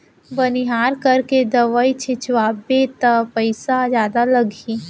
बनिहार करके दवई छिंचवाबे त पइसा जादा लागही